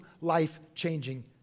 life-changing